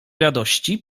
radości